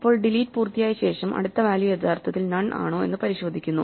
ഇപ്പോൾ ഡിലീറ്റ് പൂർത്തിയായ ശേഷം അടുത്ത വാല്യൂ യഥാർത്ഥത്തിൽ നൺ ആണോ എന്ന് പരിശോധിക്കുന്നു